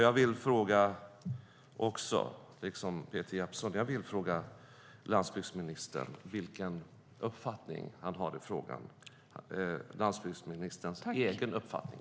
Jag vill liksom Peter Jeppsson fråga landsbygdsministern vilken uppfattning han har i frågan. Jag vill gärna höra landsbygdsministerns egen uppfattning.